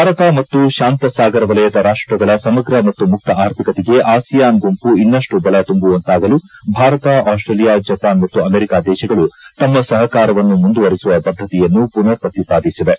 ಭಾರತ ಮತ್ತು ಶಾಂತ ಸಾಗರ ವಲಯದ ರಾಷ್ಟಗಳ ಸಮಗ್ರ ಮತ್ತು ಮುಕ್ತ ಆರ್ಥಿಕತೆಗೆ ಅಸಿಯಾನ್ ಗುಂಪು ಇನ್ನಷ್ಟು ಬಲ ತುಂಬುವಂತಾಗಲು ಭಾರತ ಆಸ್ಟೇಲಿಯಾ ಜಪಾನ್ ಮತ್ತು ಅಮೆರಿಕಾ ದೇಶಗಳು ತಮ್ಮ ಸಹಕಾರವನ್ನು ಮುಂದುವರೆಸುವ ಬದ್ಧತೆಯನ್ನು ಪುನರ್ ಪ್ರತಿಪಾದಿಸಿವೆ